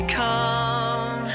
come